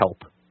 help